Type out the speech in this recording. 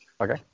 Okay